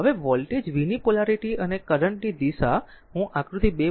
હવે voltage v ની polarity અને કરંટ ની દિશા હું આકૃતિ 2